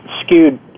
skewed